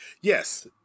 Yes